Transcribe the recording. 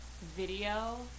video